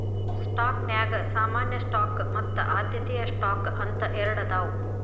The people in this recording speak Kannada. ಸ್ಟಾಕ್ನ್ಯಾಗ ಸಾಮಾನ್ಯ ಸ್ಟಾಕ್ ಮತ್ತ ಆದ್ಯತೆಯ ಸ್ಟಾಕ್ ಅಂತ ಎರಡದಾವ